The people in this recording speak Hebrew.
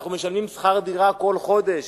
אנחנו משלמים שכר דירה כל חודש,